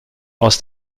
aus